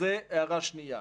זו הערה שנייה.